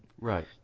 Right